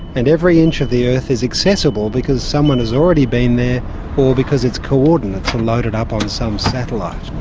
and every inch of the earth is accessible because someone has already been there or because its coordinates are loaded up on some satellite.